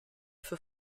für